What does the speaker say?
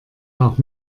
nach